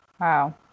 Wow